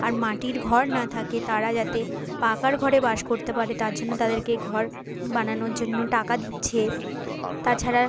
আর মাটির ঘর না থাকে তারা যাতে পাকা ঘরে বাস করতে পারে তার জন্য তাদেরকে ঘর বানানোর জন্য টাকা দিচ্ছে তাছাড়া